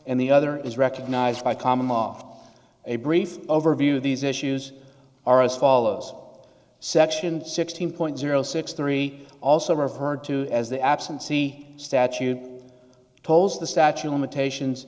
and the other is recognized by common mom a brief overview of these issues are as follows section sixteen point zero six three also referred to as the absentee statute toles the statue of limitations